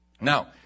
Now